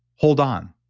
hold on.